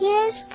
Yes